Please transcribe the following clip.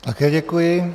Také děkuji.